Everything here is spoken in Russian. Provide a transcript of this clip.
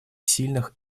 сильных